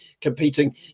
competing